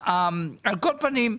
על כל פנים,